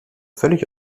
völlig